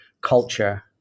culture